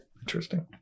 Interesting